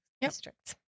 districts